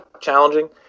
challenging